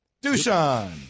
Dushan